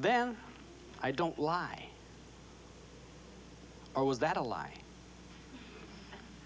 then i don't lie or was that a lie